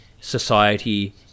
society